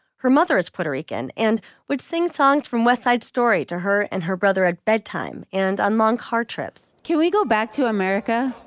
her mother is puerto rican and would sing songs from west side story to her and her brother at bedtime. bedtime. and on long car trips, can we go back to america?